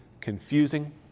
confusing